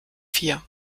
vier